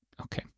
Okay